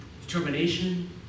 Determination